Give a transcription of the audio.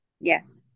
Yes